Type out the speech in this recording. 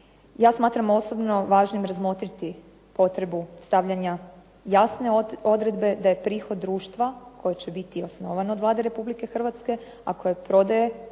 Ja smatram osobno važnim razmotriti potrebu stavljanja jasne odredbe da je prihod društva, koje će biti osnovano od Vlade Republike Hrvatske, a koje prodaje